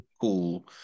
cool